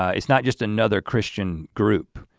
it's not just another christian group